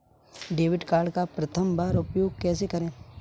Debit card का प्रथम बार उपयोग कैसे करेंगे?